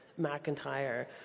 McIntyre